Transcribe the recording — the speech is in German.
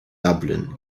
dublin